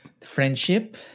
Friendship